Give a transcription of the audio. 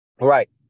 Right